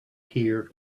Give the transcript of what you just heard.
here